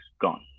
gone